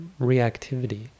reactivity